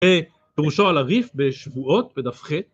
פירושו על הריף בשבועות בדף ח'.